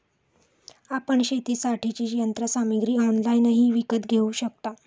आपण शेतीसाठीची यंत्रसामग्री ऑनलाइनही विकत घेऊ शकता